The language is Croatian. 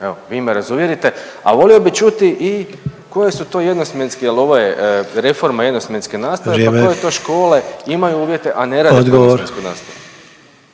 evo vi me razuvjerite, a volio bi čuti i koje su to jednosmjenske jel ovo je reforma jednosmjenske nastave …/Upadica Sanader: Vrijeme./… pa koje to škole imaju uvjete, a ne rade jednosmjensku nastavu.